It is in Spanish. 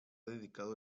dedicado